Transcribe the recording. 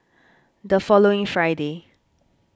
the following Friday